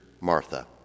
Martha